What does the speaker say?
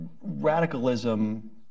Radicalism